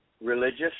religious